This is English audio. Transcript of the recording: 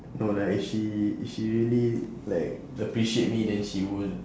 no lah if she if she really like appreciate me then she won't